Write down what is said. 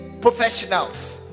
professionals